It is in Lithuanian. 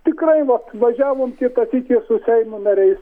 tirai vat važiavom kitą sykį su seimo nariais